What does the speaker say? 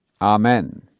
Amen